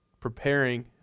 preparing